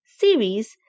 series